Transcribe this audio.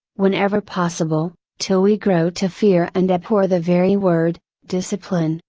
whenever possible, till we grow to fear and abhor the very word, discipline.